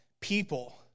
people